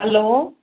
hello